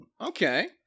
okay